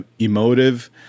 emotive